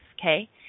okay